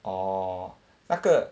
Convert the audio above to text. orh 那个